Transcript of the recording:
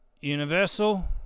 universal